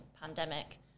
pandemic